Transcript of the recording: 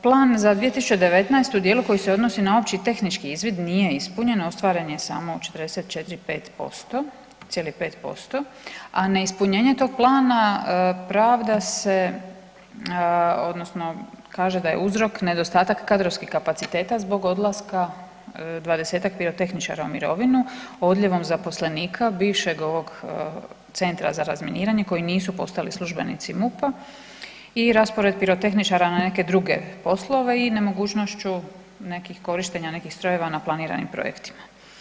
Plan za 2019. u dijelu koji se odnosi na opći tehnički izvid nije ispunjen, ostvaren je samo 44,5%, a neispunjenje tog plana pravda se odnosno kaže da je uzrok nedostatak kadrovskih kapaciteta zbog odlaska 20-ak pirotehničara u mirovinu, odljevom zaposlenika bivšeg ovog Centra za razminiranje koji nisu postali službenici MUP-a i raspored pirotehničara na neke druge poslove i nemogućnošću korištenja nekih strojeva na planiranim projektima.